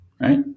right